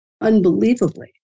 unbelievably